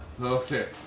Okay